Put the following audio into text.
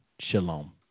shalom